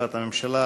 תשובת הממשלה,